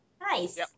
Nice